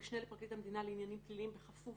המשנה לפרקליט המדינה לעניינים פליליים בכפוף